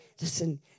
Listen